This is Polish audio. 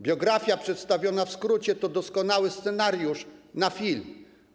Biografia przedstawiona w skrócie to doskonały scenariusz na film.